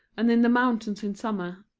and in the mountains in summer,